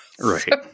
Right